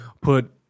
put